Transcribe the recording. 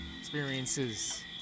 experiences